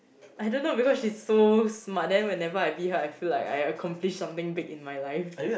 I don't know because she's so smart then whenever I beat I feel like I accomplish something big in my life